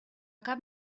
cap